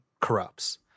corrupts